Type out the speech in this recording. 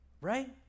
Right